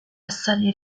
assale